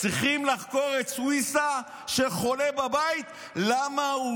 צריכים לחקור את סוויסה, שחולה בבית, למה הוא